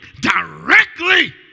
directly